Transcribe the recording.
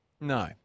No